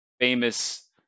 famous